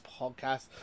podcast